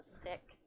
stick